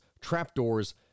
trapdoors